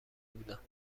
بودم